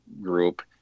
group